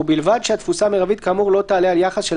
ובלבד שהתפוסה המרבית כאמור לא תעלה על יחס של